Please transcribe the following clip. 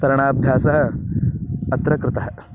तरणाभ्यासः अत्र कृतः